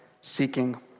seeking